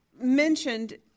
mentioned